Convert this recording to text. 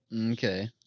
okay